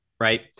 Right